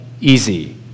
Easy